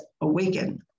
awaken